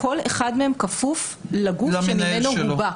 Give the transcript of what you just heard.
כל אחד מהם כפוף לגוף ממנו הוא בא.